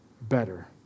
better